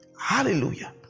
hallelujah